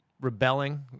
rebelling